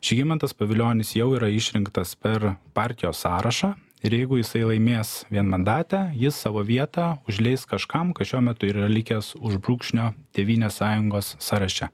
žygimantas pavilionis jau yra išrinktas per partijos sąrašą ir jeigu jisai laimės vienmandatę jis savo vietą užleis kažkam kas šiuo metu yra likęs už brūkšnio tėvynės sąjungos sąraše